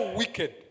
wicked